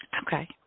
Okay